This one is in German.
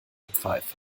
pfeife